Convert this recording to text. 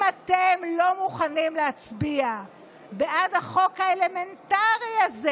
אם אתם לא מוכנים להצביע בעד החוק האלמנטרי הזה,